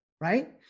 Right